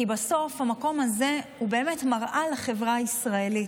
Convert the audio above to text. כי בסוף המקום הזה הוא באמת מראה לחברה הישראלית.